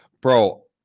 Bro